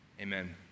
amen